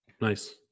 Nice